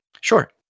Sure